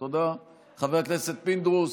תודה, חבר הכנסת פינדרוס,